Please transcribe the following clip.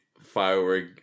firework